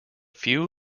few